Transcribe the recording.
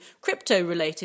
crypto-related